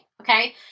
Okay